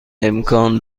امکان